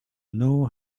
know